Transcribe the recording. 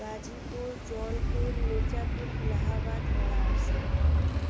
Ghazipur Jaunpur Mirzapur Allahabad Varanasi